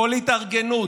כל התארגנות,